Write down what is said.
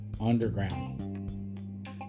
underground